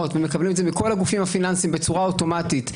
ומקבלים את זה מכל הגופים הפיננסיים בצורה אוטומטית,